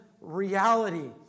reality